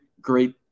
great